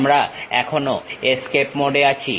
আমরা এখনো escape mode এ আছি